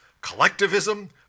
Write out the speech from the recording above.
collectivism